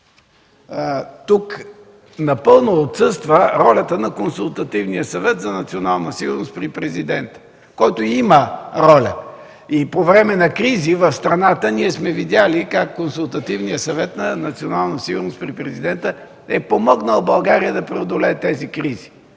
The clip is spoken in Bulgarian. Тук напълно отсъства ролята на Консултативния съвет за национална сигурност при Президента, който има роля. И по време на кризи в страната ние сме видели как Консултативният съвет за национална сигурност при Президента е помогнал България да преодолее тези кризи,